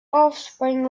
offspring